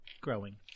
growing